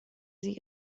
sie